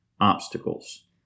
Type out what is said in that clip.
obstacles